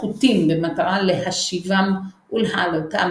פחותים במטרה להשיבם ולהעלותם,